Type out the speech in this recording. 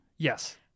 Yes